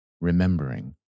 remembering